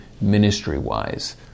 ministry-wise